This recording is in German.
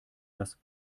das